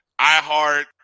iHeart